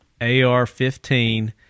AR-15